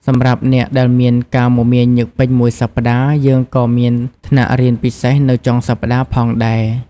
សម្រាប់អ្នកដែលមានការមមាញឹកពេញមួយសប្តាហ៍ យើងក៏មានថ្នាក់រៀនពិសេសនៅចុងសប្តាហ៍ផងដែរ។